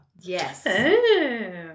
Yes